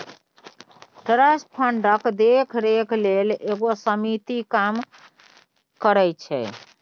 trust फंडक देखरेख लेल एगो समिति काम करइ छै